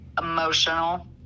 emotional